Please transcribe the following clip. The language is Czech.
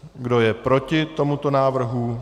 Kdo je proti tomuto návrhu?